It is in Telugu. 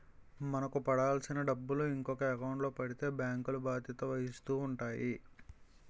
మనకు పడాల్సిన డబ్బులు ఇంకొక ఎకౌంట్లో పడిపోతే బ్యాంకులు బాధ్యత వహిస్తూ ఉంటాయి